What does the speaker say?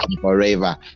forever